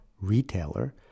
retailer